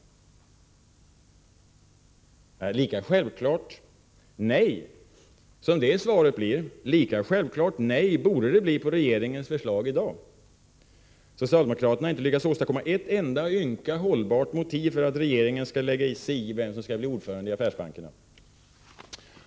Lika självklart som det svaret blir nej, lika självklart borde det bli nej på regeringens förslag i dag. Socialdemokraterna har inte lyckats åstadkomma ett enda ynka hållbart motiv för att regeringen skall lägga sig i vem som skall bli ordförande i affärsbankerna.